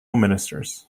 ministers